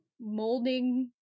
molding